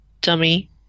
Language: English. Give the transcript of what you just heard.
dummy